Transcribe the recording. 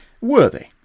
worthy